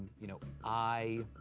you know, i